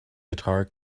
guitar